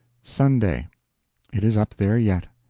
sunday it is up there yet.